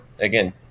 again